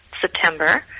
September